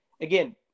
Again